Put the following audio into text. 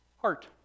heart